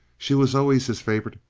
she was always his favorite.